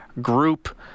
group